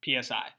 PSI